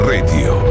Radio